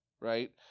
right